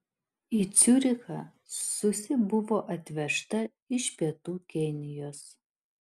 į ciurichą susi buvo atvežta iš pietų kenijos